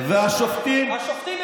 11 מיליארד.